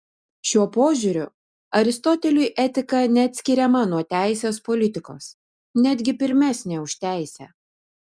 šiuo požiūriu aristoteliui etika neatskiriama nuo teisės politikos netgi pirmesnė už teisę